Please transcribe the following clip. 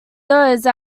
those